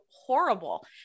horrible